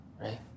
right